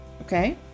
Okay